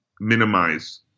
minimize